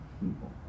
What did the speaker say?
people